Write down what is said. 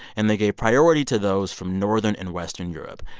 and they gave priority to those from northern and western europe,